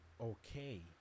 okay